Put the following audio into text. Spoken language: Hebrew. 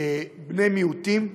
בני מיעוטים ונשים.